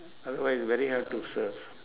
otherwise very hard to surf